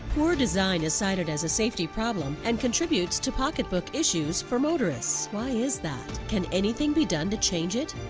poor design is cited as a safety problem and contributes to pocketbook issues for motorists. why is that? can anything be done to change it?